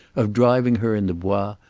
of driving her in the bois,